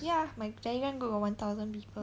ya my telegram group got one thousand people